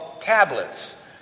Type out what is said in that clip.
tablets